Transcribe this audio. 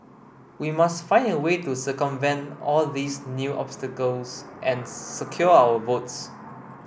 we must find a way to circumvent all these new obstacles and secure our votes